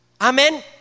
Amen